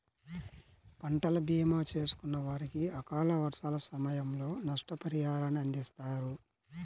పంటల భీమా చేసుకున్న వారికి అకాల వర్షాల సమయంలో నష్టపరిహారాన్ని అందిస్తారు